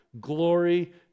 glory